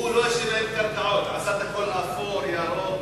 הוא לא השאיר להם קרקעות, עשה את הכול אפור, ירוק,